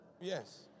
Yes